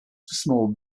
small